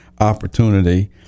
opportunity